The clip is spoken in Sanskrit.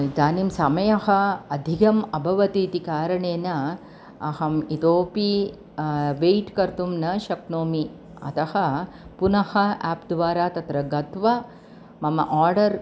इदानिं समयः अधिकम् अभवत् इति कारणेन अहम् इतोपि वैट् कर्तुं न शक्नोमि अतः पुनः आप् द्वारा तत्र गत्वा मम ओर्डर्